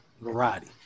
variety